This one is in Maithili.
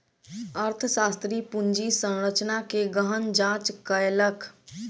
अर्थशास्त्री पूंजी संरचना के गहन जांच कयलक